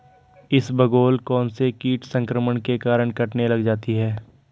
इसबगोल कौनसे कीट संक्रमण के कारण कटने लग जाती है?